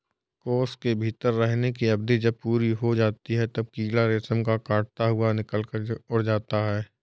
कोश के भीतर रहने की अवधि जब पूरी हो जाती है, तब कीड़ा रेशम को काटता हुआ निकलकर उड़ जाता है